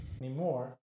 anymore